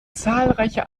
zahlreiche